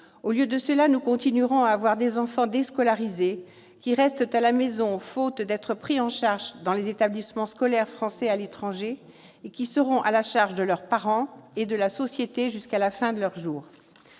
Au lieu de cela, nous continuerons à avoir des enfants déscolarisés, qui restent à la maison, faute d'être pris en charge dans les établissements scolaires français à l'étranger, et qui seront à la charge de leurs parents et de la société jusqu'à la fin de leurs jours.